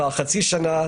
עברה חצי שנה,